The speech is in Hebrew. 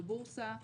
בבורסה,